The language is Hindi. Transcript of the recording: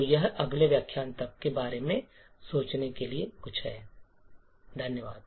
तो यह अगले व्याख्यान तक के बारे में सोचने के लिए कुछ है धन्यवाद